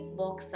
box